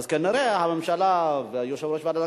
וכנראה הממשלה ויושב-ראש ועדת